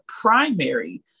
primary